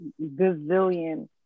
gazillion